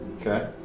Okay